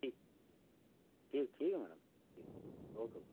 ठीक ठीक ठीक है मैडम ठीक ओके मैडम